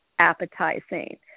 appetizing